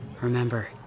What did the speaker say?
Remember